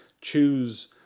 choose